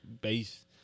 Base